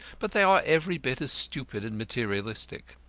but they are every bit as stupid and materialistic.